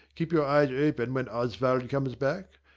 keep your eyes open when oswald comes back.